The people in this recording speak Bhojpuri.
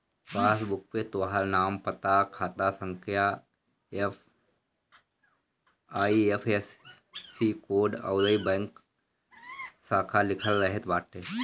पासबुक पे तोहार नाम, पता, खाता संख्या, आई.एफ.एस.सी कोड अउरी बैंक शाखा लिखल रहत बाटे